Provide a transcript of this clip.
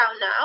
now